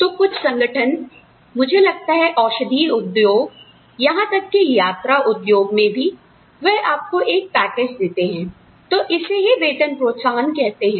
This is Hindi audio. तो कुछ संगठन मुझे लगता है औषधीय उद्योग यहां तक कि यात्रा उद्योग में भी वह आपको एक पैकेज देते हैं तो इसे ही वेतन प्रोत्साहन कहते हैं